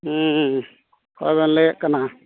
ᱚᱠᱚᱭᱵᱮᱱ ᱞᱮᱭᱮᱜ ᱠᱟᱱᱟ